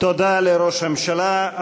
תודה לראש הממשלה.